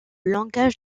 langage